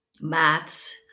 maths